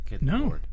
No